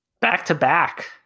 Back-to-back